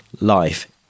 life